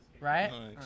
Right